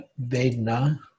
Vedna